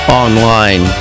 online